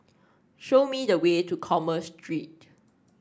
show me the way to Commerce Street